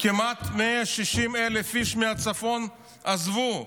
כמעט 160,000 איש מהצפון עזבו,